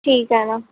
ठीक आहे मग